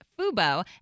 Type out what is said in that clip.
Fubo